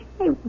Hey